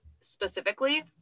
specifically